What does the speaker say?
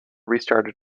restarted